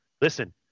listen